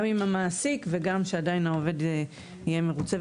עם המעסיק וגם שעדיין העובד יהיה מרוצה.